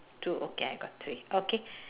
two okay I got three okay